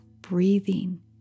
breathing